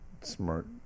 smart